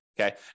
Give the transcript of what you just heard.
Okay